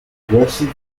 progressive